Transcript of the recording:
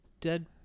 dead